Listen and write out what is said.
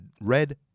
red